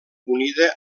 unida